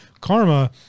Karma